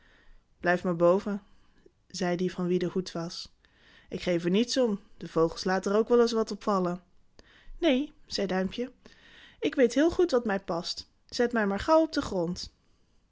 blijf maar boven zei die van wien de hoed was ik geef er niets om de vogels laten er ook wel eens wat op vallen neen zei duimpje ik weet heel goed wat mij past zet mij maar gauw op den grond